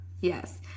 Yes